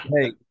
Hey